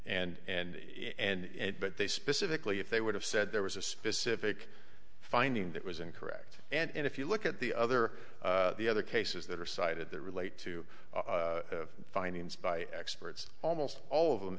and but they specifically if they would have said there was a specific finding that was incorrect and if you look at the other the other cases that are cited that relate to findings by experts almost all of them